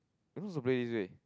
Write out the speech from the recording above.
am I so brave this way